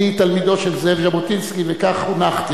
אני תלמידו של זאב ז'בוטינסקי וכך חונכתי.